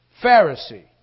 Pharisee